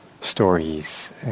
stories